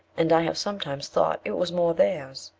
and i have sometimes thought it was more theirs.